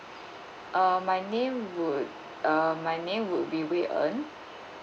uh my name would uh my name would be rui en